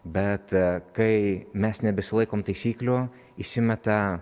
bet kai mes nebesilaikom taisyklių įsimeta